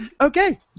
okay